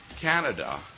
Canada